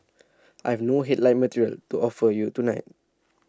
I've no headline material to offer you tonight